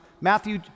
Matthew